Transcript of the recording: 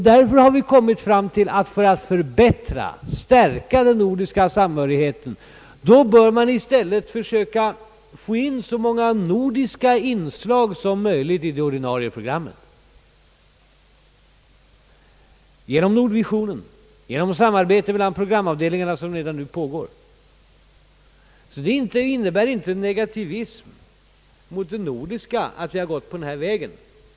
Därför har vi kommit till den uppfattningen, att för att förbättra och stärka den nordiska samhörigheten bör man i stället söka få in så många nordiska inslag som möjligt i det ordinarie programmet — genom Nordvisionen, genom det samarbete mellan programavdelningarna som redan nu pågår. Det innebär alltså inte någon nega tivism mot det nordiska samarbetet att vi slagit in på den här vägen.